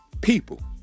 people